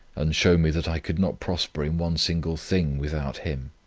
and show me that i could not prosper in one single thing without him.